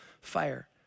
fire